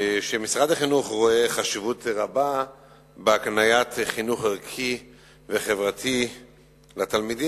לכך שמשרד החינוך רואה חשיבות רבה בהקניית חינוך ערכי וחברתי לתלמידים,